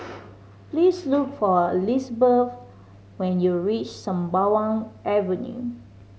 please look for Lisbeth when you reach Sembawang Avenue